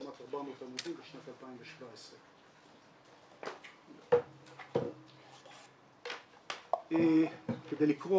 כמעט 400 עמודים בשנת 2017. כדי לקרוא